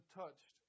touched